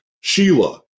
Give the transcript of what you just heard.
Sheila